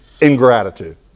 ingratitude